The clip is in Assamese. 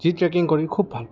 যি ট্ৰেকং কৰি খুব ভাল পায়